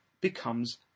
becomes